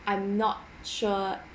I'm not sure